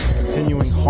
continuing